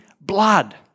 blood